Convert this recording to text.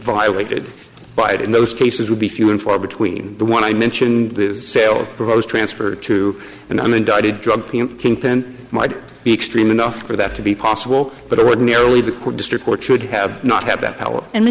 violated by it in those cases would be few and far between the one i mentioned the sale proposed transfer to an unindicted drug kingpin might be extreme enough for that to be possible but ordinarily the court district court should have not have that power and